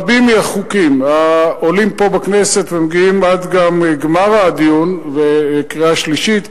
רבים מהחוקים העולים פה בכנסת ומגיעים גם עד גמר הדיון וקריאה שלישית,